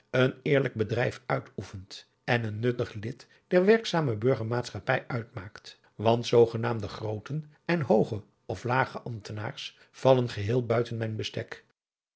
een eerlijk bedrijf uitoefent en een nuttig lid der werkzaame burgermaatschappij uitmaakt want zoogenaamde grooten en hooge of lage ambtenaars vallen geheel buiten mijn bestek